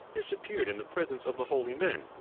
disappeared in the presence of the holy men,